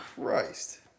Christ